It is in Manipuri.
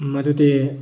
ꯃꯗꯨꯗꯤ